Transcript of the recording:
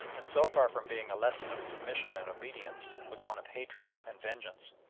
and so far from being a lesson of submission and obedience, was one of hatred and vengeance.